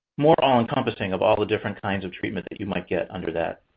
more all encompassing of all the different kinds of treatment that you might get under that